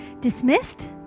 dismissed